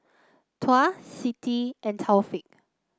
Tuah Siti and Taufik